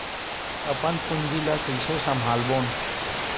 अपन पूंजी ला कइसे संभालबोन?